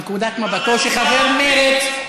למה כשחבר הכנסת עיסאווי פריג' מדבר אתך מנקודת מבטו של חבר מרצ,